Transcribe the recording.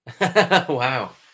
Wow